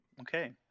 Okay